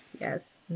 yes